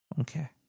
Okay